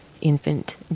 infant